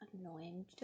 annoying